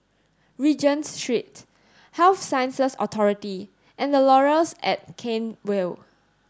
Regent Street Health Sciences Authority and The Laurels at Cairnhill